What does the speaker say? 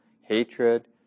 hatred